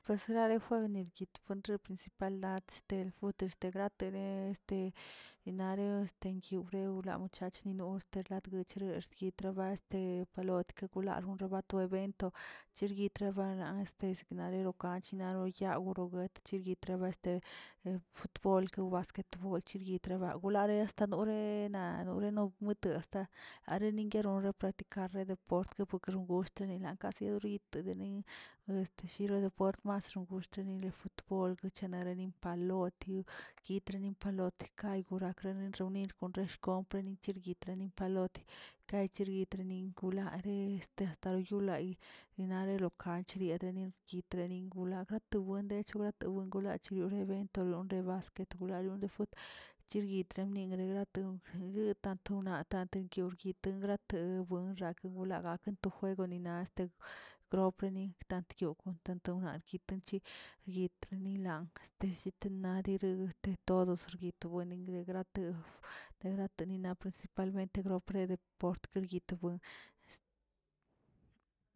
Yesrare fuini yit re principal last te foto este gratene este nare este yiwre lachchach noch lat rechguex yitraba este palot gulano ka to evento chiyitr rabano este siknareroꞌ achino nayaw yoguet chiriabetr hd futbool, basqte bool yitrabe gulare nore na nore na muit asta arengui rorangui dikarre deport longusht denanka yoritə deni'i este shiro depuertmas nonguxteni de futbol guchenaranin palotioꞌ yitrani palot yegorakreni reunir konxeshkompə chiryitrani palote, ka yichyitrinin kulare testayi yulayi ninare lo kanch yiniarin la grato wendech lata wenkolachu evento lonre basquet, yoyaron de fut, chiryitrani bingarin lato liguə tatona tantona gyurgyit grate bueinra gula gate to fueg ni na este gropuenin stan yo kon tantenarguyin tenchi guetrilan este shitina yiriguit de todo rguiyinin de grato de gratonina principalmente grote deportrigui buen.